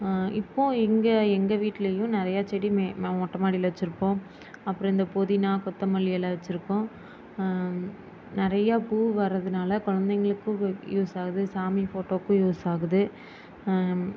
இப்போ இங்கே எங்கள் வீட்டிலேயும் நிறைய செடியுமே மொட்டை மாடியில் வச்சுருப்போம் அப்புறம் இந்த புதினா கொத்தமல்லி இலை வச்சுருப்போம் நிறையா பூ வரதுனால் குழந்தைங்களுக்கும் யூஸ் ஆகுது சாமி போட்டோவுக்கும் யூஸ் ஆகுது